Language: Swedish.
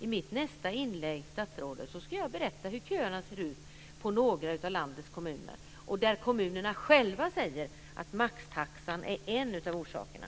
I mitt nästa inlägg, statsrådet, ska jag berätta hur köerna ser ut i några av landets kommuner, och där kommunerna själva säger att maxtaxan är en av orsakerna.